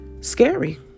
Scary